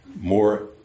more